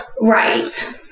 Right